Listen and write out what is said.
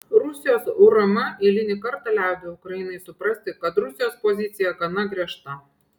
rusijos urm eilinį kartą leido ukrainai suprasti kad rusijos pozicija gana griežta